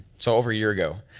so over a year ago,